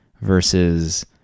versus